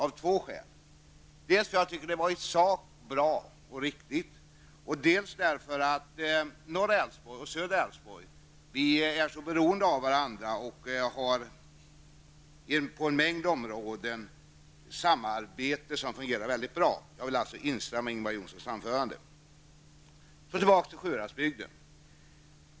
Dels därför att jag tycker att det var i sak bra och riktigt, dels därför att vi i norra Älvsborg och södra Älvsborg är så beroende av varandra och på en mängd områden har ett samarbete som fungerar väldigt bra. Jag vill alltså instämma i Ingvar Så tillbaka till Sjuhäradsbygden.